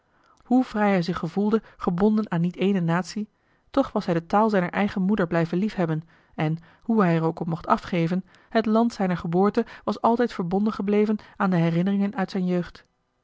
hoe vrij hij zich gevoelde gebonden aan niet ééne natie toch was hij de taal zijner eigen moeder blijven liefhebben en hoe hij er ook op mocht afgeven het land zijner geboorte was altijd verbonden gebleven aan de herinneringen uit zijn jeugd